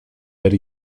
per